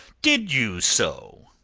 did you so?